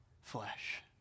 flesh